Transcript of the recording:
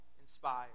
inspired